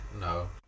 No